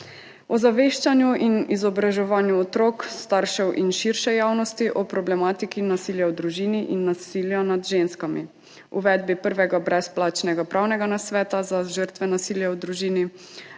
ozaveščanju in izobraževanju otrok, staršev in širše javnosti o problematiki nasilja v družini in nasilja nad ženskami, uvedbi prvega brezplačnega pravnega nasveta za žrtve nasilja v družini,